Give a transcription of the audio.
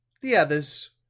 the others,